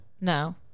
no